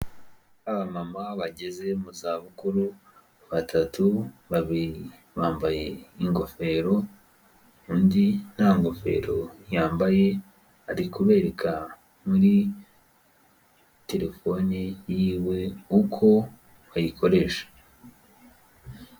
Abamama bageze mu zabukuru batatu, babiri bambaye ingofero, undi nta ngofero yambaye, ari kubereka muri telefone yiwe uko bayikoresha.